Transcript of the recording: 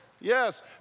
yes